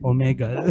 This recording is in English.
Omega